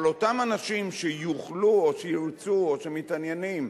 אבל אותם אנשים שיוכלו, או שירצו, או שמתעניינים,